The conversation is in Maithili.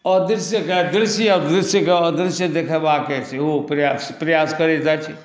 अदृश्यकेँ दृश्य आ दृश्यकेँ अदृश्य देखएबाक सेहो प्रयास करैत अछि